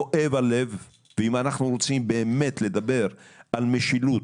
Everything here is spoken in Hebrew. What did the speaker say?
כואב הלב, ואם אנחנו באמת רוצים לדבר על משילות